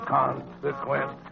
consequence